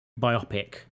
biopic